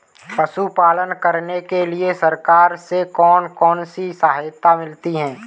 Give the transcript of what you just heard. पशु पालन करने के लिए सरकार से कौन कौन सी सहायता मिलती है